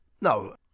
No